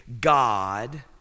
God